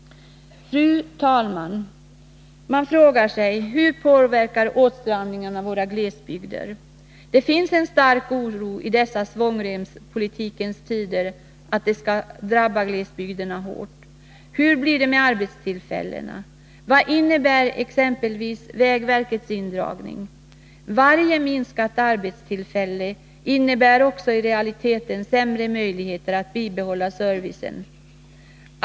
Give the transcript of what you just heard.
Fru talman! Man frågar sig hur åtstramningarna påverkar våra glesbygder. Det finns en stark oro i dessa svångremspolitikens tider att de skall drabba glesbygderna hårt. Hur blir det med arbetstillfällena? Vad innebär exempelvis vägverkets indragningar? Varje minskat arbetstillfälle medför också i realiteten sämre möjligheter att bibehålla servicen.